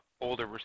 older